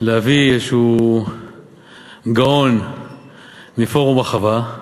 להביא איזה גאון מפורום החווה,